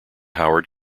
howard